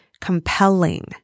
Compelling